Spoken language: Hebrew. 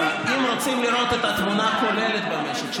אם רוצים לראות את התמונה הכוללת במשק,